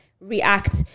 react